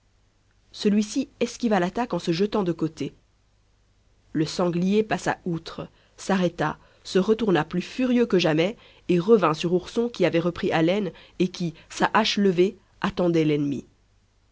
celui-ci esquiva l'attaque en se jetant de coté le sanglier passa outre s'arrêta se retourna plus furieux que jamais et revint sur ourson qui avait repris haleine et qui sa hache levée attendait l'ennemi